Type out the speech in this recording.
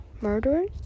murderers